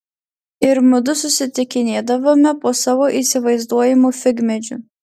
ir mudu susitikinėdavome po savo įsivaizduojamu figmedžiu